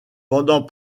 pendant